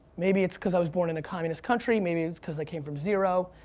maybe it's because i was born in a communist country, maybe it's cause i came from zero,